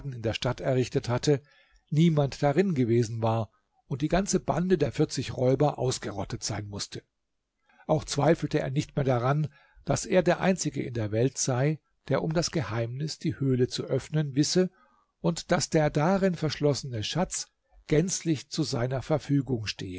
in der stadt errichtet hatte niemand darin gewesen war und die ganze bande der vierzig räuber ausgerottet sein mußte auch zweifelte er nicht mehr daran daß er der einzige in der welt sei der um das geheimnis die höhle zu öffnen wisse und daß der darin verschlossene schatz gänzlich zu seiner verfügung stehe